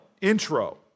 intro